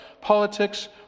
politics